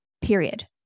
period